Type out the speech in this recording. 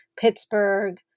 Pittsburgh